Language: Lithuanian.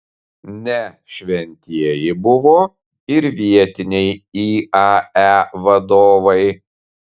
ne šventieji buvo ir vietiniai iae vadovai